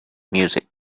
music